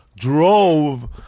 Drove